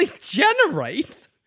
generate